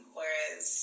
Whereas